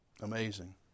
Amazing